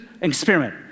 experiment